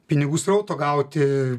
pinigų srauto gauti